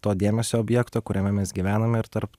to dėmesio objekto kuriame mes gyvename ir tarp